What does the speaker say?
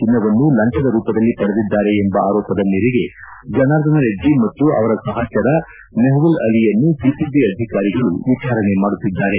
ಚಿನ್ನವನ್ನು ಲಂಚದ ರೂಪದಲ್ಲಿ ಪಡೆದಿದ್ದಾರೆ ಎಂಬ ಆರೋಪದ ಮೇರೆಗೆ ಜನಾರ್ದನ ರೆಡ್ಡಿ ಮತ್ತು ಅವರ ಸಹಚಕರ ಮೆಹವುಲ್ ಆಲಿಯನ್ನು ಸಿಸಿಬಿ ಅಧಿಕಾರಿಗಳು ವಿಚಾರಣೆ ಮಾಡುತ್ತಿದ್ದಾರೆ